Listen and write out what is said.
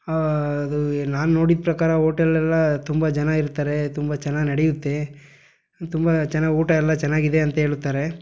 ಅದು ನಾನು ನೋಡಿದ ಪ್ರಕಾರ ಹೋಟೆಲೆಲ್ಲ ತುಂಬ ಜನ ಇರ್ತಾರೆ ತುಂಬ ಚೆನ್ನಾಗಿ ನಡೆಯುತ್ತೆ ತುಂಬ ಚೆನ್ನಾಗಿ ಊಟ ಎಲ್ಲ ಚೆನ್ನಾಗಿದೆ ಅಂತ ಹೇಳುತ್ತಾರೆ